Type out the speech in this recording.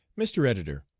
mr. editor,